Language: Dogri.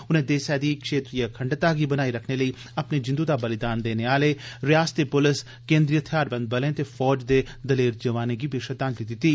उनें देसै दी क्षेत्रीय अखंडता गी बनाई रक्खने लेई अपनी जिन्दू दा बलिदान देने आले रियासती पुलस केंद्री थेआरबंद बलें ते फौज दे दलेर जवानें गी बी श्रद्वांजलि दित्ती